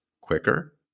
quicker